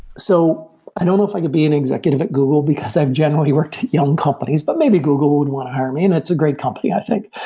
so i don't know if i could be an executive at google, because i've generally worked at young companies, but maybe google would want to hire me, and it's a great company i think.